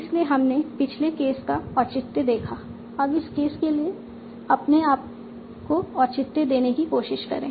इसलिए हमने पिछले केस का औचित्य देखा है अब इस केस के लिए अपने आप को औचित्य देने की कोशिश करें